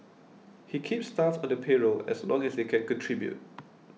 he keeps staff on the payroll as long as they can contribute